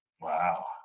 Wow